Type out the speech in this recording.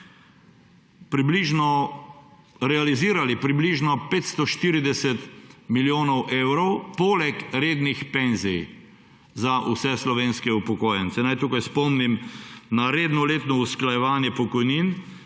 realizirali približno 540 milijonov evrov poleg rednih penzij za vse slovenske upokojence. Naj tukaj spomnim na redno letno usklajevanje pokojnin